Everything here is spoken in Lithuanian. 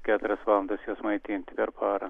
keturias valandas juos maitinti per parą